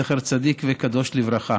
זכר צדיק וקדוש לברכה.